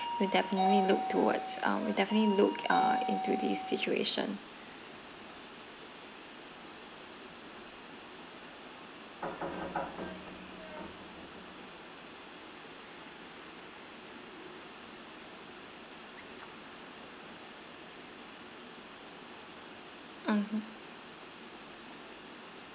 we'll definitely look towards um we'll definitely look uh into this situation mmhmm